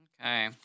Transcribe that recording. Okay